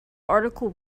article